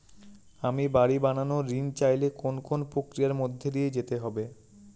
আমি বাড়ি বানানোর ঋণ চাইলে কোন কোন প্রক্রিয়ার মধ্যে দিয়ে যেতে হবে?